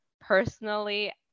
personally